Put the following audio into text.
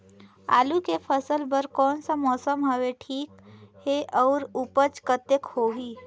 आलू के फसल बर कोन सा मौसम हवे ठीक हे अउर ऊपज कतेक होही?